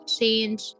change